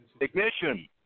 Ignition